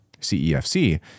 CEFC